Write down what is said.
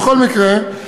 בכל מקרה,